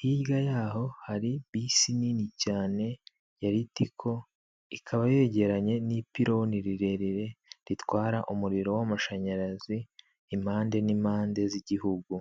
hirya yaho hari bisi nini cyane ya litico, ikaba yegeranye n'ipiloni rirerire ritwara umuriro w'amashanyarazi impande n'impande z'igihugu.